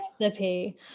recipe